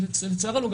ולצערנו,